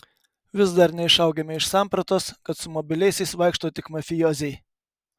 vis dar neišaugame iš sampratos kad su mobiliaisiais vaikšto tik mafijoziai